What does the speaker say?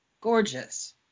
gorgeous